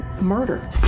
murder